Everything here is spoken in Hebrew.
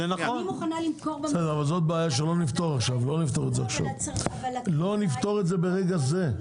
אני מוכנה למכור במחיר --- זו בעיה שלא נפתור את זה ברגע זה.